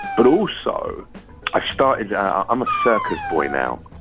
but also i star i'm a circus boy now.